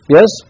Yes